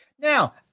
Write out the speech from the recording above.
Now